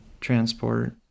transport